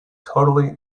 totally